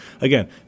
again